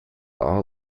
all